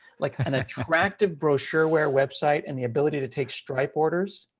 like, an attractive brochureware website and the ability to take stripe orders.